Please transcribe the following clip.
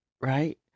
right